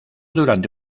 durante